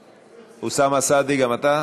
ואוסאמה סעדי, גם אתה?